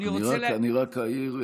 אני רוצה, אני רק אעיר,